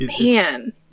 man